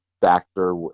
factor